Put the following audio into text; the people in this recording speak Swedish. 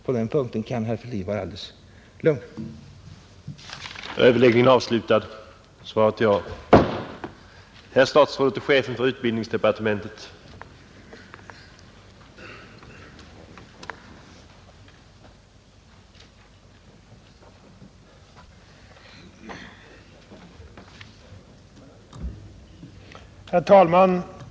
På den punkten kan herr Fälldin vara alldeles lugn.